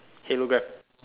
hologram